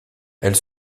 elle